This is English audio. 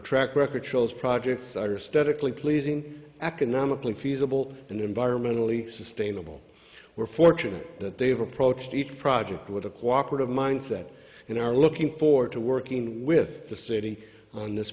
track record shows projects are statically pleasing economically feasible and environmentally sustainable we're fortunate that they've approached each project with a cooperate of mindset and are looking forward to working with the city on this